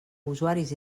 usuaris